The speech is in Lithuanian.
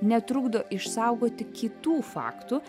netrukdo išsaugoti kitų faktų